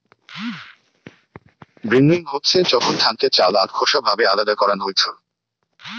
ভিন্নউইং হচ্ছে যখন ধানকে চাল আর খোসা ভাবে আলদা করান হইছু